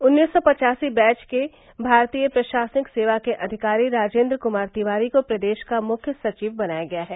उन्नीस सौ पचासी बैच के भारतीय प्रशासनिक सेवा के अधिकारी राजेन्द्र कुमार तिवारी को प्रदेश का मुख्य सचिव बनाया गया है